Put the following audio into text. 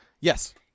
Yes